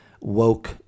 woke